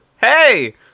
hey